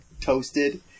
toasted